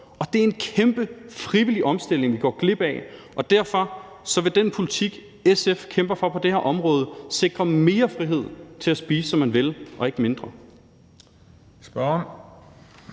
Og det er en kæmpe frivillig omstilling, vi går glip af. Og derfor vil den politik, SF kæmper for på det her område, sikre mere frihed til at spise, som man vil, og ikke mindre.